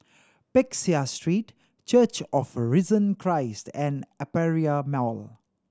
Peck Seah Street Church of the Risen Christ and Aperia Mall